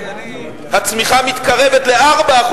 הצמיחה מתקרבת ל-4%,